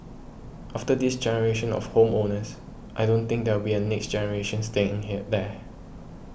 after this generation of home owners I don't think there will be a next generation staying here there